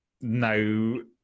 no